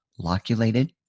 loculated